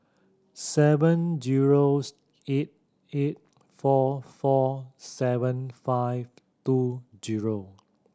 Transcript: seven zero eight eight four four seven five two zero